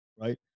right